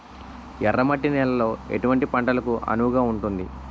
ఎర్ర మట్టి నేలలో ఎటువంటి పంటలకు అనువుగా ఉంటుంది?